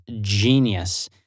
genius